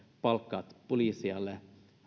palkat poliiseille